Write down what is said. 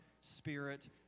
spirit